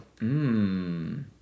Mmm